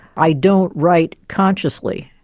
i don't write consciously,